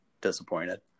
disappointed